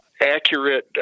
accurate